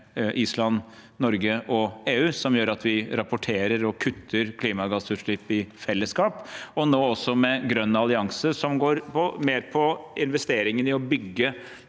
Island, Norge og EU som gjør at vi rapporterer og kutter klimagassutslipp i fellesskap. Nå har vi også grønn allianse, som mer dreier seg om investeringene i å bygge